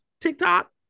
tiktok